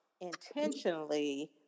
intentionally